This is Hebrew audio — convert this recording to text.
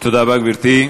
תודה רבה, גברתי.